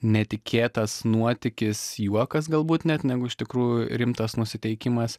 netikėtas nuotykis juokas galbūt net negu iš tikrųjų rimtas nusiteikimas